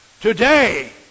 Today